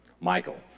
Michael